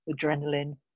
adrenaline